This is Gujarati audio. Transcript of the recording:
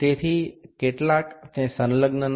તેથી કેટલાક તે સંલગ્ન નથી